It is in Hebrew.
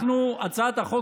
הצעת החוק,